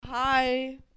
hi